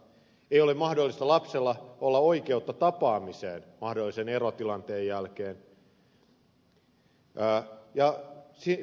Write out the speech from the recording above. ei ole lapsella oikeutta tapaamiseen mahdollisen erotilanteen jälkeen